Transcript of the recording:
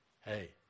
hey